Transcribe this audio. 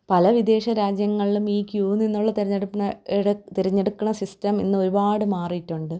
പല വിദേശരാജ്യങ്ങളിലും ഈ ക്യു നിന്നുള്ള തിരഞ്ഞെടുപ്പിനെ തിരഞ്ഞെടുക്കണ സിസ്റ്റം ഇന്നൊരുപാട് മാറിയിട്ടുണ്ട്